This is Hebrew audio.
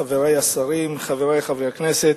חברי השרים, חברי חברי הכנסת,